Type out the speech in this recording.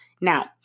Now